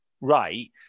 right